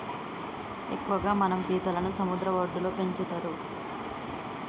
ఎక్కువగా మనం పీతలని సముద్ర వడ్డులో పెంచుతరు